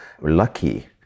lucky